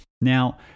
Now